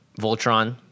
Voltron